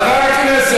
כמה אתה מסית נגד אנשים?